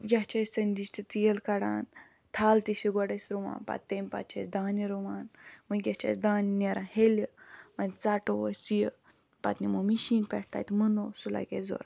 یا چھِ أسۍ سَندِج تہٕ تیٖل کَڑان تَھل تہِ چھِ گۄڈٕ أسۍ رُوان پَتہٕ تٔمۍ پَتہٕ چھِ أسۍ دانہٕ رُوان ونکیٚس چھُ اَسہِ دانہٕ نیران ہیٚلہِ وۄں ژَٹو أسۍ یہِ پَتہٕ نِمو مِشیٖنہِ پٮ۪ٹھ تَتہِ مٕنو سُہ لَگہِ اَسہِ ضرورت